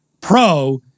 Pro